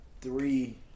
three